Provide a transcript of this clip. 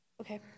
Okay